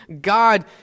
God